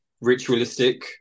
ritualistic